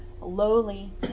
lowly